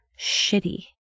shitty